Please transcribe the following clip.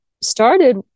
started